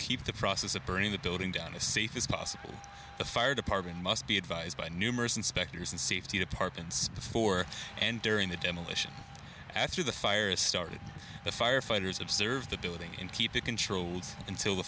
keep the process of burning the building down a safe is possible the fire department must be advised by numerous inspectors and safety departments for and during the demolition after the fire started the firefighters observed the building and keep it controlled until the